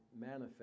manifest